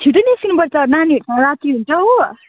छिट्टै निस्किनु पर्छ नानीहरूसँग राति हुन्छ हो